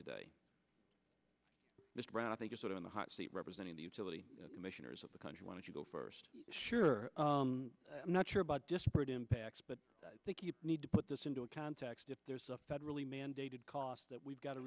today mr brown i think is sort of in the hot seat representing the utility commissioners of the country want to go first sure i'm not sure about disparate impacts but i think you need to put this into a context if there's a federally mandated cost that we've got to